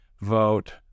vote